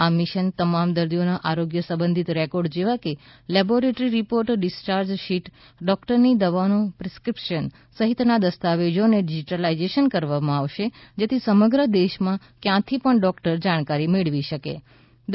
આ મિશનમાં તમામ દર્દીઓના આરોગ્ય સંબંધિત રેકોર્ડ જેવા કે લેબોરેટરી રિપોર્ટ ડિસ્ચાર્જ શીટ અને ડોક્ટરની દવાઓનું પ્રિસ્કિપ્શન સહિતના દસ્તાવેજોને ડિજિટલાઇઝ કરવામાં આવશે જેથી સમગ્ર દેશમાં ક્યાંયથી પણ ડોક્ટરો જાણકારી મેળવી શકશે